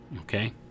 okay